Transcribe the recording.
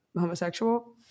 homosexual